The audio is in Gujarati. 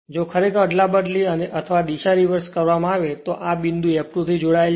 જો ખરેખર અદલાબદલી અથવા દીશા રીવર્સ માં આવે તો આ બિંદુ F2 થી જોડાયેલ છે